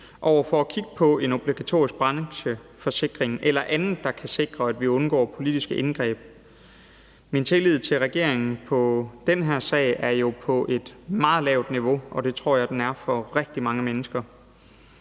for at kigge på en obligatorisk brancheforsikring eller andet, der kan sikre, at vi undgår politiske indgreb. Min tillid til regeringen i den her sag er på et meget lavt niveau, og det tror jeg den er for rigtig mange mennesker.